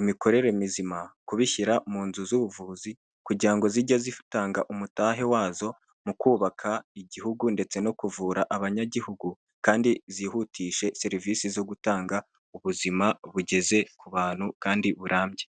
imikorere mizima, kubishyira mu nzu z'ubuvuzi kugira ngo zijye zitanga umutahe wazo mu kubaka igihugu ndetse no kuvura abanyagihugu kandi zihutishe serivisi zo gutanga ubuzima bugeze ku bantu kandi burambye.